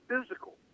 physical